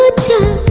ah to